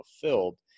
fulfilled